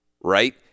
right